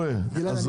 לא, אבל